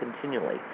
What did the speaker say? continually